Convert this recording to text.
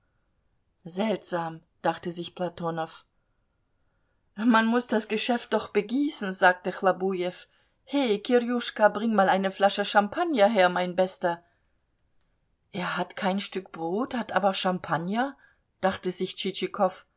seltsam dachte sich platonow man muß das geschäft doch begießen sagte chlobujew he kirjuschka bring mal eine flasche champagner her mein bester er hat kein stück brot hat aber champagner dachte sich